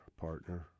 partner